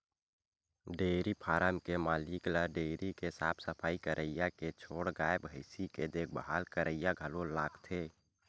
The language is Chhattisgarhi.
डेयरी फारम के मालिक ल डेयरी के साफ सफई करइया के छोड़ गाय भइसी के देखभाल करइया घलो लागथे